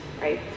right